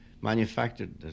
manufactured